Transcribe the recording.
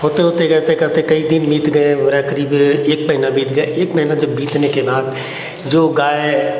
होते होते जैसे करते कई दिन बीत गए मेरा करीब एक महीना बीत गए एक महीना जब बीतने के बाद जो गाय